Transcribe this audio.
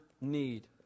need